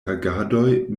agadoj